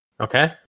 Okay